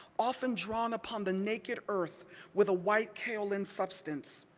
often drawn upon the naked earth with a white kaolin substance.